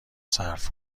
صرف